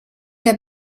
der